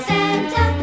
Santa